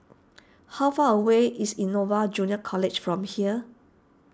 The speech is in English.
how far away is Innova Junior College from here